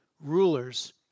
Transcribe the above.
rulers